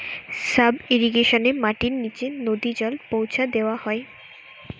sub ইর্রিগেশনে মাটির নিচে নদী জল পৌঁছা দেওয়া হয়